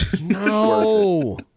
No